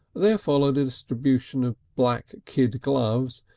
there followed a distribution of black kid gloves,